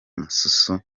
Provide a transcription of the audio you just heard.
mususu